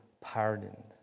pardoned